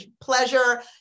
pleasure